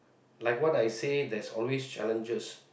like what I say there's always challenges